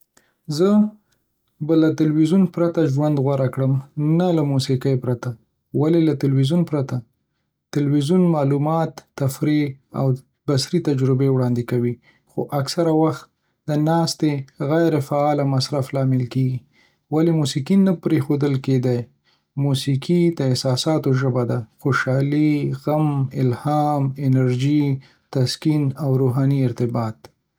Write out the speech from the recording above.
زه به له تلویزیون پرته ژوند غوره کړم، نه له موسیقۍ پرته. ولې له تلویزیون پرته؟ تلویزیون معلومات، تفریح او بصري تجربې وړاندې کوي، خو اکثر وخت د ناستې او غېر فعاله مصرف لامل کېږي. ولې موسیقي نه‌شي پرېښودل کېدای؟ موسیقي د احساساتو ژبه ده, خوشالي، غم، الهام، انرژي، تسکین، روحاني ارتباط.